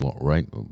right